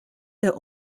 der